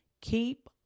keep